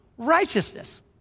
Righteousness